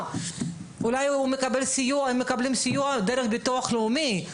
אולי הם מקבלים סיוע דרך ביטוח לאומי,